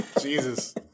Jesus